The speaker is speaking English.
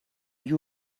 you